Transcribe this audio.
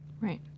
Right